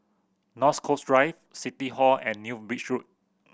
North Coast Drive City Hall and New Bridge Road